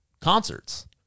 concerts